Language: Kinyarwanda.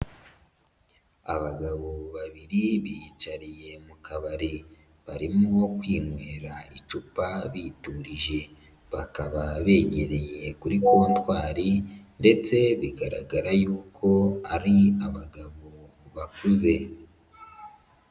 Abagabo babiri biyicariye mu kabari, barimo kwinywera icupa biturije, bakaba begereye kuri kontwari ndetse bigaragara yuko ari abagabo bakuze.